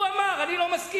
הוא אמר: אני לא מסכים.